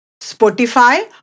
Spotify